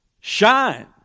shine